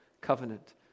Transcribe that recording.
Covenant